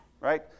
right